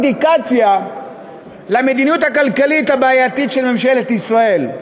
אינדיקציה למדיניות הכלכלית הבעייתית של ממשלת ישראל.